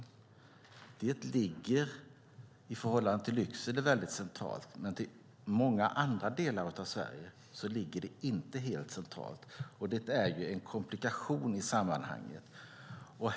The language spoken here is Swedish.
Museet ligger centralt i förhållande till Lycksele, men i förhållande till många andra delar av Sverige ligger det inte helt centralt. Det är en komplikation i sammanhanget.